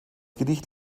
gedicht